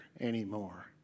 anymore